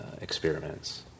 experiments